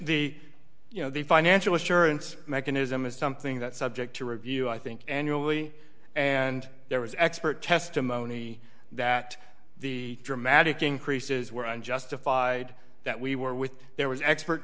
the you know the fine angela surance mechanism is something that subject to review i think annually and there was expert testimony that the dramatic increases were unjustified that we were with there was expert